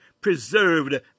preserved